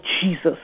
Jesus